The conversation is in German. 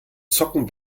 zocken